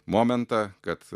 momentą kad